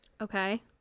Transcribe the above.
Okay